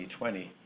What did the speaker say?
2020